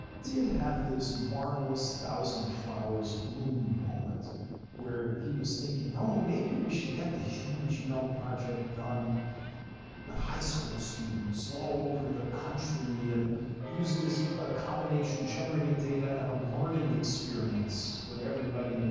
did have this marvelous thousand flowers bloom moment where he was thinking, oh, maybe we should get the human genome project done with high school students all over the country, and use it as a combination generating data and a learning experience for everybody. and